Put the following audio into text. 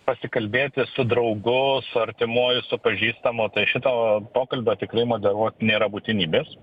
pasikalbėti su draugu su artimuoju su pažįstamu šito pokalbio tikrai moderuot nėra būtinybės